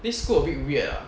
this school a bit weird ah